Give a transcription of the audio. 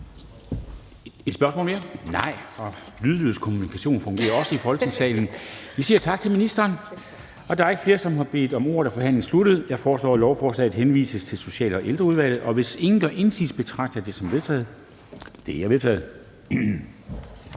Et spørgsmål mere? Nej – og lydløs kommunikation fungerer også i Folketingssalen. Vi siger tak til ministeren. Da der ikke er flere, der har bedt om ordet, er forhandlingen sluttet. Jeg foreslår, at lovforslaget henvises til Social- og Ældreudvalget. Hvis ingen gør indsigelse, betragter jeg det som vedtaget. Det er vedtaget.